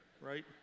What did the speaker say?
right